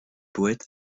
poète